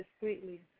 discreetly